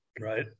Right